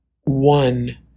one